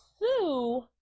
sue